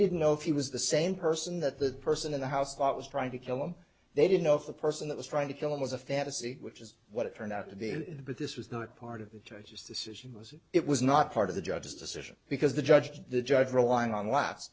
didn't know if he was the same person that the person in the house thought was trying to kill him they didn't know if the person that was trying to kill him was a fantasy which is what it turned out to be but this was not part of the judge's decision was it was not part of the judge's decision because the judge the judge relying on la